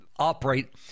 operate